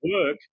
work